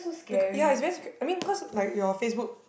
becau~ ya it's very secur~ I mean cause like your Facebook